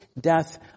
death